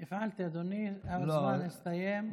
הפעלתי, אדוני, הזמן הסתיים.